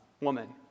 woman